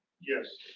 Yes